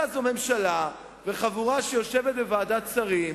אלא זו ממשלה וחבורה שיושבת בוועדת שרים,